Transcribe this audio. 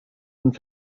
und